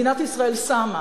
מדינת ישראל שמה